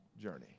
journey